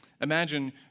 Imagine